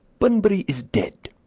bunbury is dead.